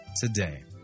today